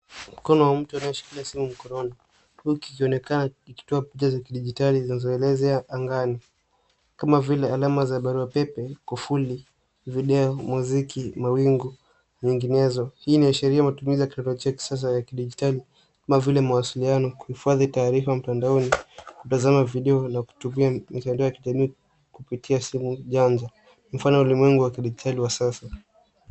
Mkono wa mtu anayeshikilia simu mkononi, huku kikionekana kikitoa picha za kidijitali zinazoelezea angani. Kama vile alama za barua pepe, kufuli, video, muziki, mawingu, na nyinginezo. Hii inaashiria ya matumizi ya kiteknolojia ya kisasa ya kidijitali, kama vile mawasiliano, kuhifadhi taarifa mtandaoni, kutazama video, na kutumia mitandao ya kijamii kupitia simu janja. Mfano wa ulimwengu wa kidijitali wa sasa.